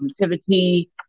positivity